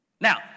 Now